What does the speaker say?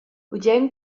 bugen